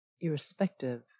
irrespective